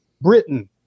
Britain